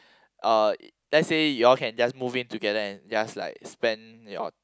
uh let's say you all can just move in together and just like spend your